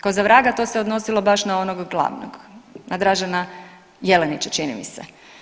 Ko za vraga to se odnosilo baš na onog glavnog na Dražena Jelenića čini mi se.